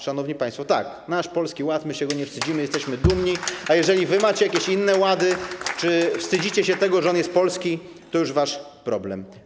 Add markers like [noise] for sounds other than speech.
Szanowni państwo, tak, nasz Polski Ład, my się go nie wstydzimy, jesteśmy dumni, [applause] a jeżeli wy macie jakieś inne łady czy wstydzicie się tego, że on jest polski, to już wasz problem.